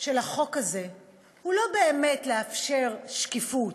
של החוק הזה היא לא באמת לאפשר שקיפות,